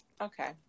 Okay